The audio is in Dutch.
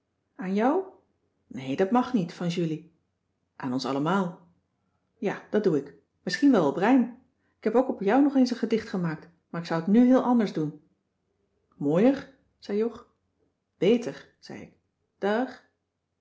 aan jou nee dat mag niet van julie aan ons allemaal ja dat doe ik misschien wel op rijm k heb ook op jou nog eens een gedicht gemaakt maar ik zou t nu heel anders doen mooier zei jog bèter zei ik daag